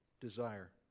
desire